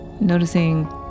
Noticing